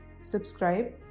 subscribe